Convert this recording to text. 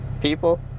people